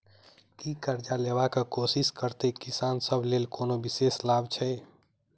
की करजा लेबाक कोशिश करैत किसान सब लेल कोनो विशेष लाभ छै?